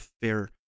fair